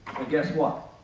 and guess what?